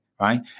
Right